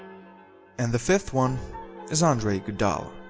and the fifth one is ah and iguodala.